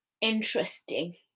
Interesting